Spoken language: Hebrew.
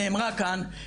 שנאמרה כאן,